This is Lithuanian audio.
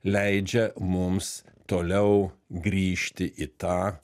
leidžia mums toliau grįžti į tą